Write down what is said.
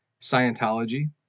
Scientology